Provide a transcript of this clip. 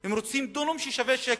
הם רוצים דונם ששווה שקל.